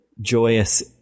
joyous